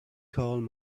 could